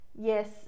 Yes